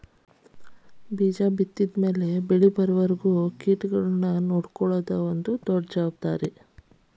ಬೇಜ ಬಿತ್ತಿದ ಮ್ಯಾಲ ಬೆಳಿಬರುವರಿಗೂ ಕೇಟಗಳನ್ನಾ ರಕ್ಷಣೆ ಮಾಡುದು ಇದರಾಗ ಬರ್ತೈತಿ